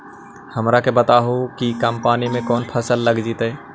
हमरा के बताहु कि कम पानी में कौन फसल लग जैतइ?